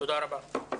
תודה רבה.